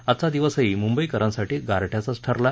आजचा दिवसही मुंबईकरांसाठी गारठ्याचाच ठरला